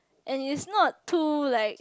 and it's not too like